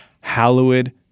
hallowed